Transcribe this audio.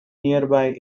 nearby